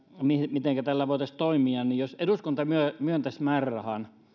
mitenkä täällä voitaisiin toimia jos eduskunta myöntäisi määrärahan